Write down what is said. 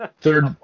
Third